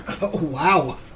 Wow